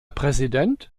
präsident